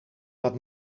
dat